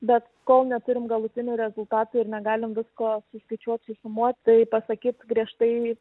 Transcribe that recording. bet kol neturim galutinių rezultatų ir negalim visko suskaičiuot susumuot tai pasakyt griežtai